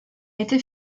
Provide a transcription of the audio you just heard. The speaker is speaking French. été